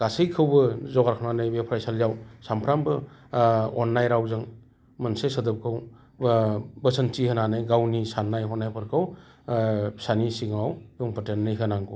गासैखौबो जगार खालामनानै बे फरायसालियाव सानफ्रोमबो अननाय रावजों मोनसे सोदोबखौ बोसोनथि होनानै गावनि साननाय हनायफोरखौ फिसानि सिगाङाव बुंफोरनानै होनांगौ